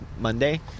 monday